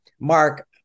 Mark